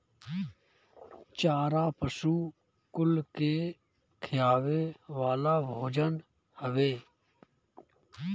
चारा पशु कुल के खियावे वाला भोजन हवे